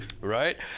Right